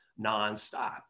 nonstop